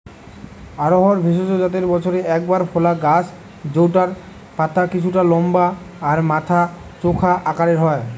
অড়হর ভেষজ জাতের বছরে একবার ফলা গাছ জউটার পাতা কিছুটা লম্বা আর মাথা চোখা আকারের হয়